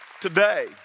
today